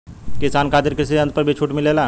किसान खातिर कृषि यंत्र पर भी छूट मिलेला?